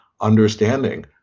understanding